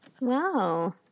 Wow